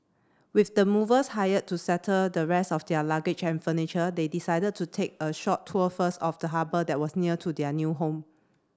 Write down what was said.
with the movers hired to settle the rest of their luggage and furniture they decided to take a short tour first of the harbour that was near to their new home